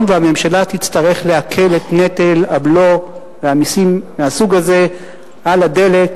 והממשלה תצטרך להקל את נטל הבלו והמסים מהסוג הזה על הדלק,